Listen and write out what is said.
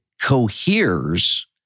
coheres